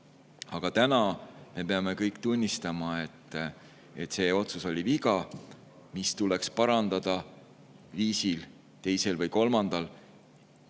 Aga täna me peame kõik tunnistama, et see otsus oli viga, mis tuleks parandada viisil, teisel või kolmandal.